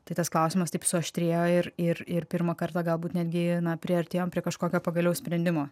tai tas klausimas taip suaštrėjo ir ir ir pirmą kartą galbūt netgi priartėjom prie kažkokio pagaliau sprendimo